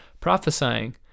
prophesying